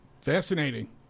Fascinating